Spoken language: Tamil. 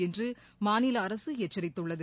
என்றுமாநிலஅரசுஎச்சரித்துள்ளது